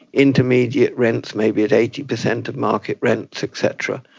intermediate rents maybe at eighty percent of market rents et cetera,